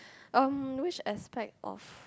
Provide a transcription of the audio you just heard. um which aspect of